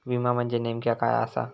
विमा म्हणजे नेमक्या काय आसा?